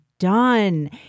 done